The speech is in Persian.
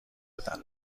بدهد